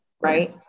right